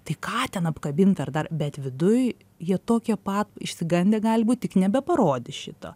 tai ką ten apkabinti ar dar bet viduj jie tokie pat išsigandę gali būti tik nebeparodys šito